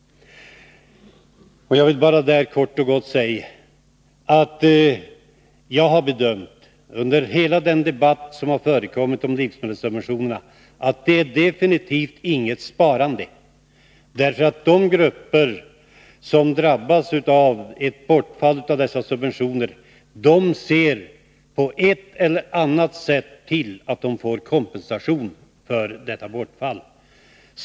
Jag vill kort och gott säga att jag har bedömt, under hela den debatt som har förekommit om livsmedelssubventionerna, att det definitivt inte är fråga om något sparande. De grupper som drabbas av ett bortfall av dessa subventioner ser på ett eller annat sätt till att de får kompensation för detta bortfall.